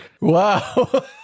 Wow